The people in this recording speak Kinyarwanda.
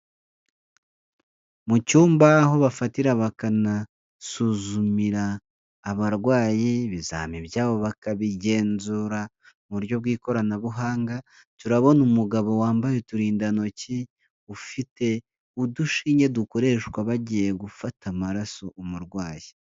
Mu cyumba aho bafatira bakanasuzumira, abarwayi ibizame byabo bakabigenzura mu buryo bw'ikoranabuhanga. Turabona umugabo wambaye uturindantoki, ufite udushinge dukoreshwa bagiye gufata amaraso umurwayi.